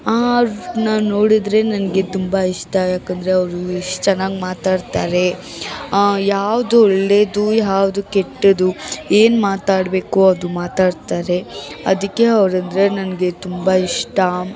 ಅವ್ರನ್ನ ನೋಡಿದರೆ ನಂಗೆ ತುಂಬ ಇಷ್ಟ ಯಾಕಂದರೆ ಅವರು ಎಷ್ಟು ಚೆನ್ನಾಗಿ ಮಾತಾಡ್ತಾರೆ ಯಾವುದು ಒಳ್ಳೆದು ಯಾವುದು ಕೆಟ್ಟದ್ದು ಏನು ಮಾತಾಡಬೇಕು ಅದು ಮಾತಾಡ್ತಾರೆ ಅದಕ್ಕೆ ಅವರಂದರೆ ನನಗೆ ತುಂಬ ಇಷ್ಟ